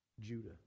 Judah